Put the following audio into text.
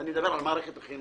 ואני מדבר על מערכת החינוך